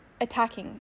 attacking